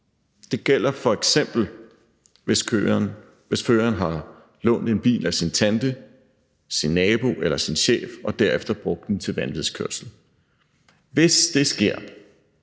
Det gælder f.eks., hvis føreren har lånt en bil af sin tante, sin nabo eller sin chef og derefter brugt den til vanvidskørsel. Hvis det sker,